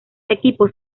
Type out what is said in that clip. equipos